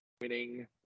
winning